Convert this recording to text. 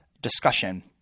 discussion